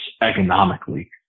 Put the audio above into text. economically